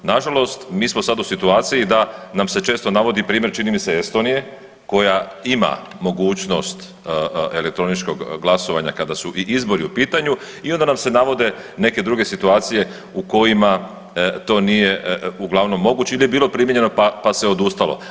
Na žalost mi smo sada u situaciji da nam se često navodi primjer čini mi se Estonije koja ima mogućnost elektroničkog glasovanja kada su i izbori u pitanju i onda nam se navode neke druge situacije u kojima to nije uglavnom moguće ili je bilo primjenjivano pa se odustalo.